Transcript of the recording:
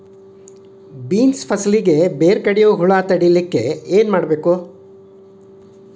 Beans ಫಸಲಿಗೆ ಬೇರು ಕಡಿಯುವ ಹುಳು ತಡೆಯಲು ಏನು ಮಾಡಬೇಕು?